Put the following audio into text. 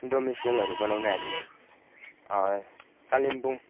डोमिसियलहरू बनाउनु हामी कालिम्पोङ